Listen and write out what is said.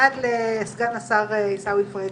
אחד לסגן השר עיסאווי פריג'.